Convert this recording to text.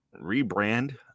Rebrand